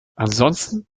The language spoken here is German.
ansonsten